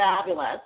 fabulous